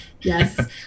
Yes